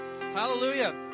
Hallelujah